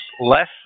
less